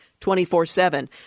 24-7